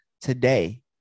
today